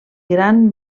gran